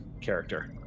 character